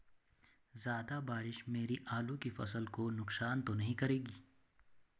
ज़्यादा बारिश मेरी आलू की फसल को नुकसान तो नहीं करेगी?